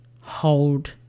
hold